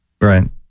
Right